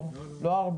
לא, לא.